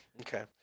Okay